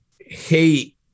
Hey